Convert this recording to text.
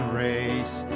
race